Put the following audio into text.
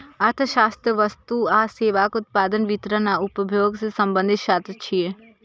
अर्थशास्त्र वस्तु आ सेवाक उत्पादन, वितरण आ उपभोग सं संबंधित शास्त्र छियै